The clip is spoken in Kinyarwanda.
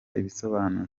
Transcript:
ibisobanuro